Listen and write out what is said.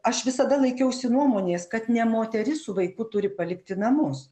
aš visada laikiausi nuomonės kad ne moteris su vaiku turi palikti namus